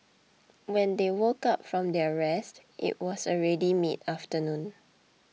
when they woke up from their rest it was already midafternoon